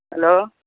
hello